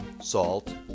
salt